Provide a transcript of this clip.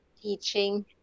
Teaching